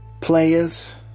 players